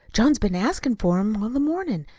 john's been askin' for him all the mornin'.